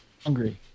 hungry